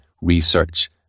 research